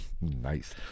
Nice